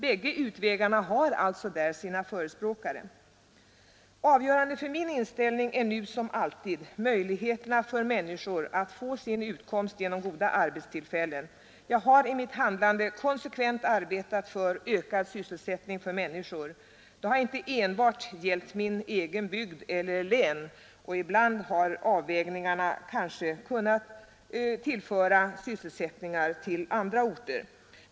Bägge utvägarna har alltså där sina förespråkare. Avgörande för min inställning är nu som alltid möjligheterna för människor att få sin utkomst genom goda arbetstillfällen. Jag har i mitt handlande konsekvent arbetat för ökad sysselsättning för människor. Det har inte enbart gällt min egen bygd eller mitt eget län, ibland har avvägningarna kanske kunnat tillföra andra orter sysselsättning.